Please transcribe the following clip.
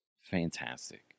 fantastic